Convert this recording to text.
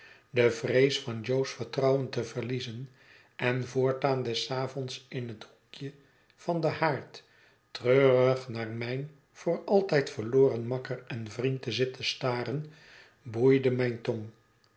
de vrees van jo's vertrouwen te verliezen en voortaan des avonds in het hoekje van den haard treurig naar mijn voor altijd verloren makker en vriend te zitten staren boeide mijne tong